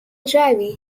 driving